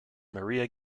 maria